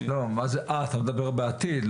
את לוחות הזמנים.